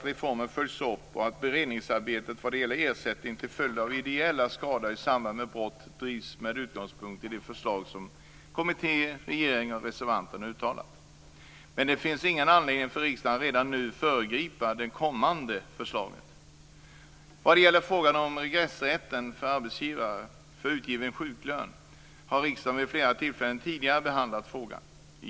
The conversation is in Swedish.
Men det finns ingen anledning för riksdagen att redan nu föregripa de kommande förslagen. Vad gäller frågan om regressrätt för arbetsgivaren för utgiven sjuklön har riksdagen vid flera tillfällen tidigare behandlat frågan.